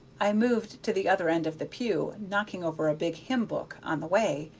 i moved to the other end of the pew, knocking over a big hymn-book on the way,